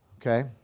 Okay